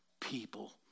people